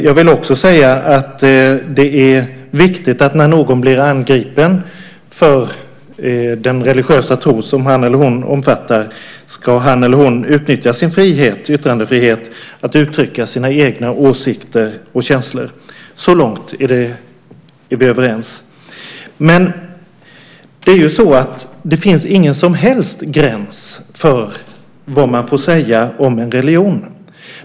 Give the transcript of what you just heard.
Jag vill också säga att det är viktigt att när någon blir angripen för den religiösa tro som han eller hon omfattar så ska han eller hon utnyttja sin yttrandefrihet till att uttrycka sina egna åsikter och känslor. Så långt är vi överens. Men det är ju så att det inte finns någon som helst gräns för vad man får säga om en religion.